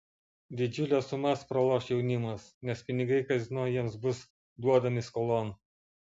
didžiules sumas praloš jaunimas nes pinigai kazino jiems bus duodami skolon